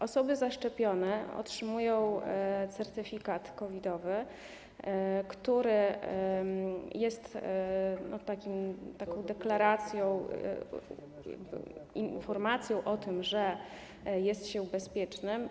Osoby zaszczepione otrzymują certyfikat COVID-owy, który jest taką deklaracją, informacją o tym, że jest się bezpiecznym.